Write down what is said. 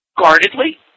Guardedly